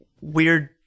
weird